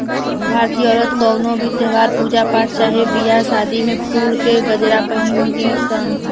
भारतीय औरत कवनो भी त्यौहार, पूजा पाठ चाहे बियाह शादी में फुल के गजरा पहिने ली सन